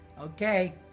okay